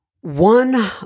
One